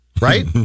Right